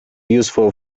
useful